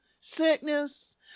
sickness